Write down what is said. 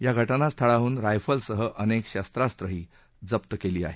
या घटनास्थळाहून रायफलसह अनेक शस्त्रास्त्रही जप्त करण्यात आली आहेत